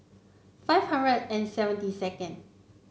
five hundred and seventy second